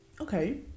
Okay